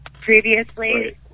previously